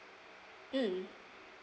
mm